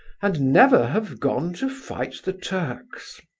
and never have gone to fight the turks.